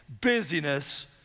busyness